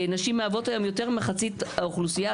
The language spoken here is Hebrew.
נשים מהוות היום יותר ממחצית האוכלוסייה,